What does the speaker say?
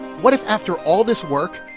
what if after all this work,